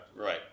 Right